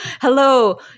Hello